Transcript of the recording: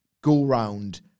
go-round